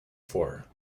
four